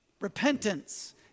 Repentance